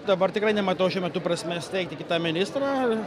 dabar tikrai nematau šiuo metu prasmės teikti kitą ministrą